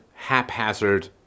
haphazard